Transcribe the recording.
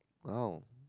now